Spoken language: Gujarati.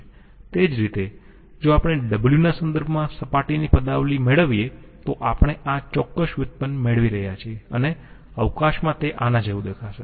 તે જ રીતે જો આપણે wના સંદર્ભમાં સપાટીની પદાવલિ મેળવીયે તો આપણે આ ચોક્કસ વ્યુત્પન્ન મેળવી રહ્યા છીએ અને અવકાશમાં તે આના જેવું દેખાશે